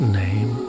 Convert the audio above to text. name